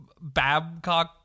Babcock